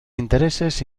intereses